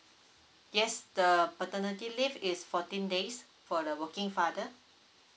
yes the paternity leave is fourteen days for the working father